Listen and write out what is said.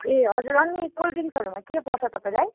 ए हजुर अनि कोल्डड्रिङ्क्सहरूमा के पर्छ तपाईँलाई